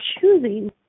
choosing